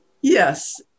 Yes